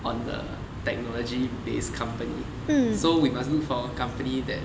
on the technology based company so we must look for a company that